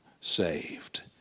saved